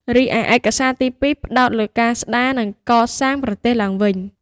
រីឯឯកសារទីពីរផ្តោតលើការស្តារ និងកសាងប្រទេសឡើងវិញ។